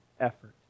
effort